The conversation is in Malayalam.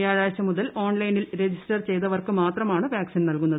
വ്യാഴാഴ്ച മുതൽ ഓൺലൈനിൽ രജിസ്റ്റർ ചെയ്തവർക്ക് മാത്രമാണ് വാക്സീൻ നൽകുന്നത്